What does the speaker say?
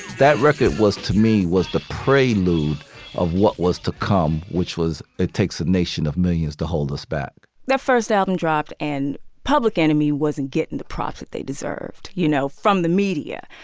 that record was to me was the prey loop of what was to come. which was it takes a nation of millions to hold us back that first album dropped and public enemy wasn't getting the profit they deserved. you know, from the media,